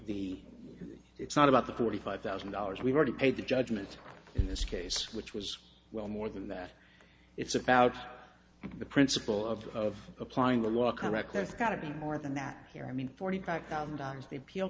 the it's not about the forty five thousand dollars we've already paid the judgment in this case which was well more than that it's about the principle of applying the law correct there's got to be more than that here i mean forty five thousand dollars the